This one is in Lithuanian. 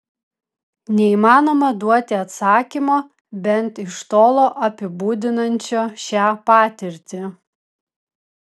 neįmanoma duoti atsakymo bent iš tolo apibūdinančio šią patirtį